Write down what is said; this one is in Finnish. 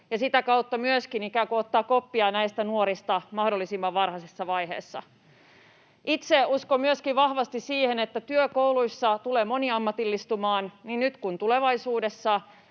ja sitä kautta myöskin ikään kuin ottaa koppia näistä nuorista mahdollisimman varhaisessa vaiheessa. Itse uskon myöskin vahvasti siihen, että työ kouluissa tulee moniammatillistumaan niin nyt kuin tulevaisuudessa.